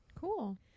Cool